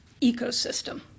ecosystem